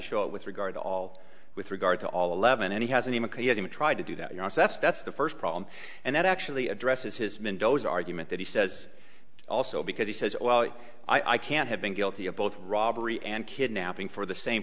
show it with regard to all with regard to all eleven and he hasn't even tried to do that you know so that's that's the first problem and that actually addresses his mendoza argument that he says also because he says well i can't have been guilty of both robbery and kidnapping for the same